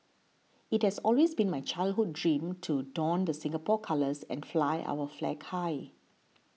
it has always been my childhood dream to don the Singapore colours and fly our flag high